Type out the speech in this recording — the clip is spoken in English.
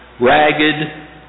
ragged